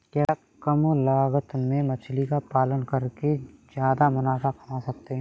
क्या कम लागत में मछली का पालन करके ज्यादा मुनाफा कमा सकते हैं?